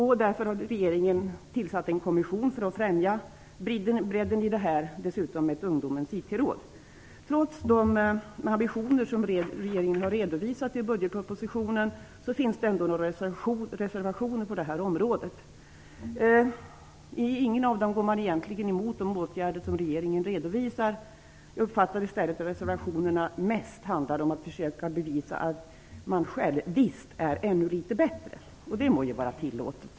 Regeringen har således tillsatt en kommission för att främja bredden i det här. Dessutom har ett ungdomens IT-råd inrättats. Trots de ambitioner regeringen har redovisat i budgetpropositionen finns det några reservationer på det här området. I ingen av dessa går man egentligen emot de åtgärder som regeringen redovisar. Jag uppfattar i stället att reservationerna mest handlar om att försöka bevisa att man själv visst är ännu litet bättre, och det må ju vara tillåtet.